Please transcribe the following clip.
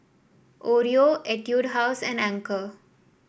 Oreo Etude House and Anchor